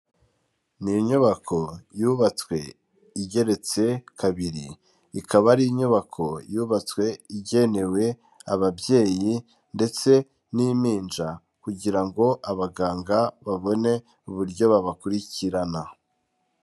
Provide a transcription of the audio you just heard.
Ni inyubako yubatswe igeretse kabiri, ikaba ari inyubako yubatswe igenewe ababyeyi ndetse n'impinja kugira ngo abaganga babone uburyo babakurikirana.